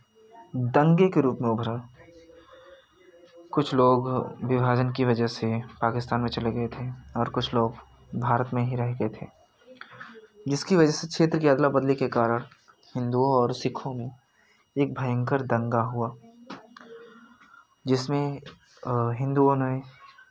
दंगे के रूप में उभरा कुछ लोग विभाजन की वजह से पाकिस्तान में चले गए थे और कुछ लोग भारत में ही रह गए थे जिसकी वजह से क्षेत्र की अदला बदली के कारण हिन्दुओं और सिखों में एक भयंकर दंगा हुआ जिसमें हिंदुओं ने